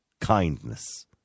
kindness